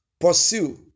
Pursue